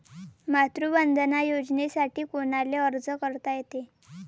मातृवंदना योजनेसाठी कोनाले अर्ज करता येते?